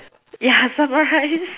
yeah summarize